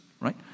right